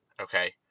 Okay